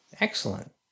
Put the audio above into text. Excellent